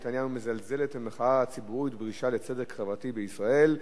נתניהו מזלזלת במחאה הציבורית ובדרישה לצדק חברתי בישראל,